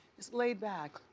laid back.